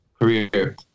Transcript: career